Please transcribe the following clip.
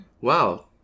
Wow